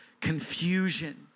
confusion